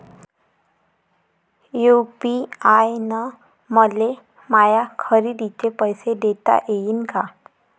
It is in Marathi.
यू.पी.आय न मले माया खरेदीचे पैसे देता येईन का?